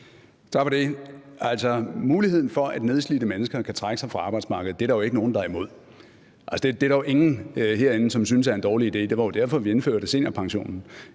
Muligheden for, at nedslidte mennesker kan trække sig fra arbejdsmarkedet, er der jo ikke nogen der er imod. Det er der jo ingen herinde som synes er en dårlig idé – det var jo derfor, vi indførte seniorpensionen